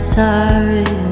sorry